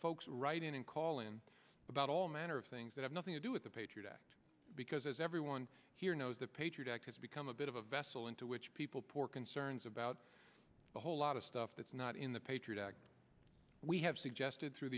folks write in and call in about all manner of things that have nothing to do with the patriot act because as everyone here knows the patriot act has become a bit of a vessel into which people pour concerns about a whole lot of stuff that's not in the patriot act we have suggested through